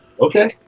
Okay